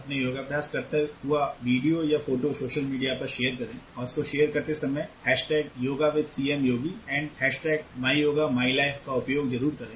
अपने योगाभ्यास करते हुए वीडियो या फोटो सोशल मीडिया पर शेयर करे और उसको शेयर करते समय hashtag yoga with CMUP and hashtag my yoga my live का उपयोग जरूर करे